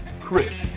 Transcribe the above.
Chris